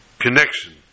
connection